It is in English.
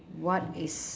what is